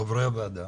חברי הוועדה,